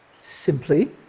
simply